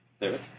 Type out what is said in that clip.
David